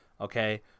Okay